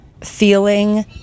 feeling